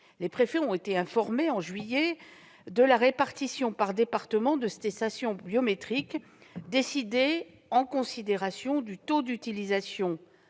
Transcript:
Les préfets ont été informés, en juillet, de la répartition par département de ces stations biométriques qui a été décidée en considération du taux d'utilisation